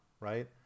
right